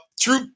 true